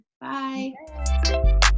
bye